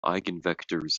eigenvectors